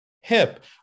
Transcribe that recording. hip